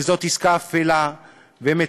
וזאת עסקה אפלה ומטונפת,